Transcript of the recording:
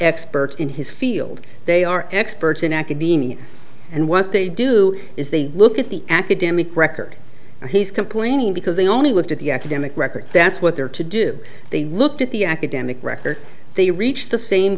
experts in his field they are experts in academia and what they do is they look at the academic record he's complaining because they only looked at the academic record that's what they're to do they looked at the academic record they reached the same